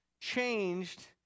changed